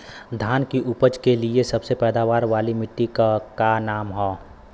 धान की उपज के लिए सबसे पैदावार वाली मिट्टी क का नाम ह?